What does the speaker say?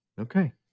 Okay